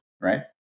right